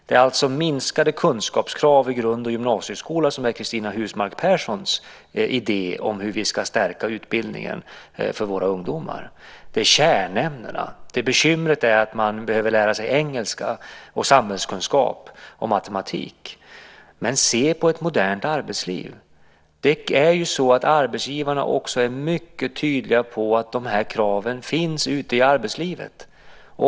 Det är alltså minskade kunskapskrav i grund och gymnasieskola som är Cristina Husmark Pehrssons idé om hur vi ska stärka utbildningen för våra ungdomar. Det handlar om kärnämnena. Bekymret är att man behöver lära sig engelska, samhällskunskap och matematik. Men se på ett modernt arbetsliv! Arbetsgivarna är ju mycket tydliga med att de här kraven finns ute i arbetslivet.